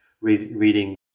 reading